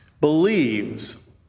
believes